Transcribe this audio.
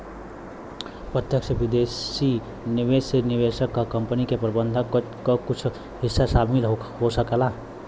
प्रत्यक्ष विदेशी निवेश से निवेशक क कंपनी के प्रबंधन क कुछ हिस्सा हासिल हो सकला